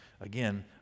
Again